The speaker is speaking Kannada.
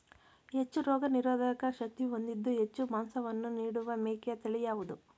ಹೆಚ್ಚು ರೋಗನಿರೋಧಕ ಶಕ್ತಿ ಹೊಂದಿದ್ದು ಹೆಚ್ಚು ಮಾಂಸವನ್ನು ನೀಡುವ ಮೇಕೆಯ ತಳಿ ಯಾವುದು?